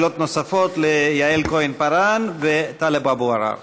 שאלות נוספות ליעל כהן-פארן וטלב אבו עראר.